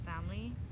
family